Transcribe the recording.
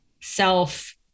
self